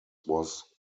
was